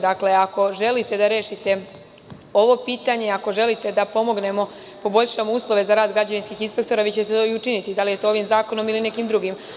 Dakle, ako želite da rešite ovo pitanje, ako želite da pomognemo, poboljšamo uslove za rad građevinskih inspektora, vi ćete to i učiniti, bilo da je to ovim zakonom ili nekim drugim.